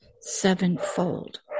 sevenfold